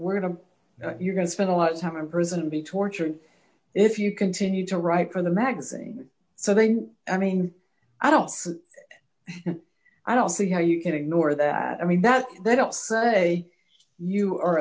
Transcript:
we're going to you're going to spend a lot of time in prison and be tortured if you continue to write for the magazine so i think i mean i don't i don't see how you can ignore that i mean that they don't say you are